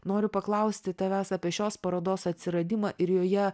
noriu paklausti tavęs apie šios parodos atsiradimą ir joje